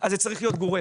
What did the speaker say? אז זה צריך להיות גורף.